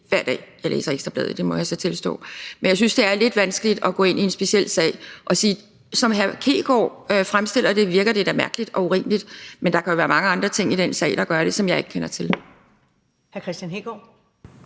hver dag, jeg læser Ekstra Bladet; det må jeg så tilstå. Jeg synes, det er lidt vanskeligt at gå ind i en specifik sag. Som hr. Kristian Hegaard fremstiller det, virker det da mærkeligt og urimeligt, men der kan jo være mange andre ting i den sag, som jeg ikke kender til.